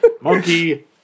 Monkey